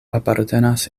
apartenas